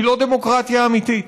היא לא דמוקרטיה אמיתית.